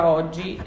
oggi